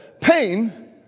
pain